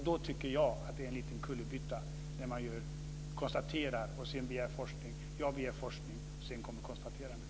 Då tycker jag att det är en liten kullerbytta att man först gör ett konstaterande och sedan begär forskning. Jag begär forskning, och sedan kommer konstaterandet.